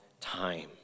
time